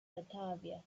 batavia